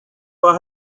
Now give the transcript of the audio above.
for